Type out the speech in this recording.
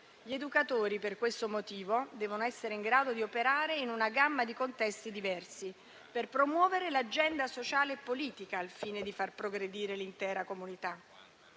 Gli educatori per questo motivo devono essere in grado di operare in una gamma di contesti diversi per promuovere l'agenda sociale e politica, al fine di far progredire l'intera comunità.